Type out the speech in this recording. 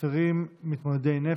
אסירים מתמודדי נפש.